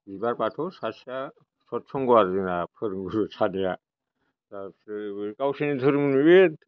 बिबार बाथौ सासेया सथसंग' आरो जोंना फोरोंगुरु सानैया गावसिनि धोरोमनि बे